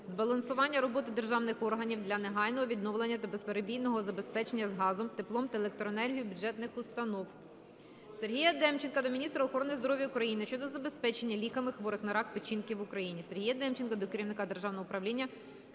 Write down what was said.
збалансування роботи державних органів для негайного відновлення та безперебійного забезпечення газом, теплом та електроенергією бюджетних установ. Сергія Демченка до міністра охорони здоров'я України щодо забезпечення ліками хворих на рак печінки в Україні.